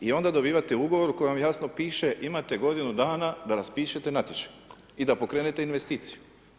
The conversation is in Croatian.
I onda dobivate Ugovor u kojem jasno piše, imate godinu dana da raspišete natječaj i da pokrenete investiciju.